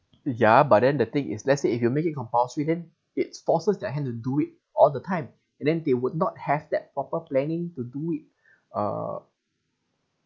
ya but then the thing is let's say if you make it compulsory then it forces their hand to do it all the time and then they would not have that proper planning to do it uh